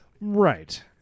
Right